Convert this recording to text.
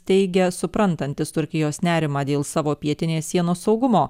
teigia suprantantis turkijos nerimą dėl savo pietinės sienos saugumo